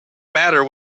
matter